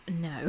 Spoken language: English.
No